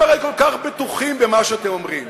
אתם הרי כל כך בטוחים במה שאתם אומרים.